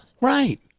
Right